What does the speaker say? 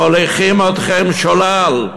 מוליכים אתכם שולל.